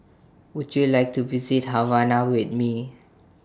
Would YOU like to visit Havana with Me